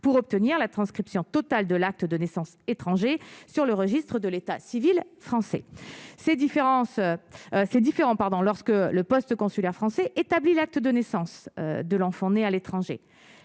pour obtenir la transcription totale de l'acte de naissance étrangers sur le registre de l'état civil français, ces différences, ces différents pardon lorsque le poste consulaire français établi, l'acte de naissance de l'enfant né à l'étranger,